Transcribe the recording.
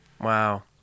Wow